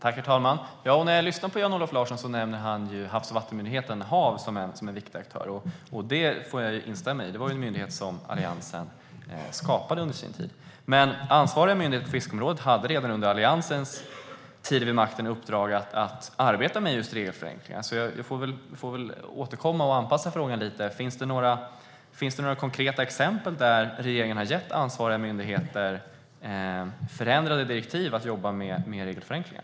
Herr talman! Jag lyssnade på Jan-Olof Larsson. Han nämnde Havs och vattenmyndigheten, HaV, som en viktig aktör. Det får jag instämma i. Det är en myndighet som Alliansen skapade under sin tid. Men ansvariga myndigheter på fiskeområdet hade redan under Alliansens tid vid makten uppdrag att arbeta med just regelförenklingar, så jag får väl återkomma och anpassa frågan lite: Finns det några konkreta exempel på att regeringen har gett ansvariga myndigheter förändrade direktiv att jobba med regelförenklingar?